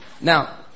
Now